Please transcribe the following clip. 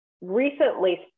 recently